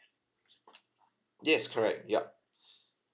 yes correct ya